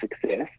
success